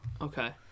Okay